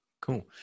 cool